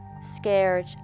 scared